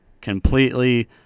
completely